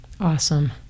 Awesome